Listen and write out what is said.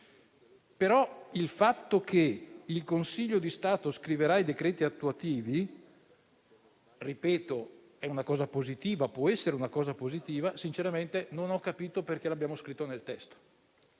Il fatto che il Consiglio di Stato scriverà i decreti attuativi - il che, ripeto, può essere una cosa positiva - sinceramente non ho capito perché l'abbiamo scritto nel testo.